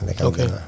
Okay